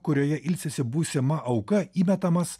kurioje ilsisi būsima auka įmetamas